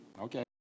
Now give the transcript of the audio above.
Okay